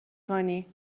کنی